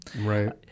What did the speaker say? Right